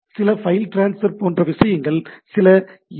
சில file transfer போன்ற விஷயங்கள் சில எஸ்